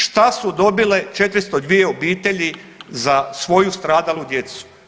Šta su dobile 402 obitelji za svoju stradalu djecu?